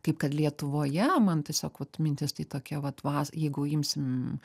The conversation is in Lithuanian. kaip kad lietuvoje man tiesiog vat mintis tai tokia vat va jeigu imsim